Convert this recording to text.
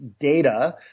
data